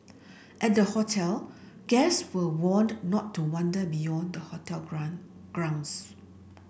at the hotel guest were warned not to wander beyond the hotel ground grounds